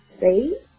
See